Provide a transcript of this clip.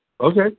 okay